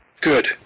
Good